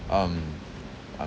um uh